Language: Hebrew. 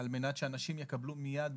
על מנת שאנשים יקבלו מיד,